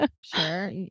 sure